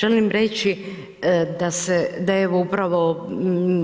Želim reći da se, da je evo, upravo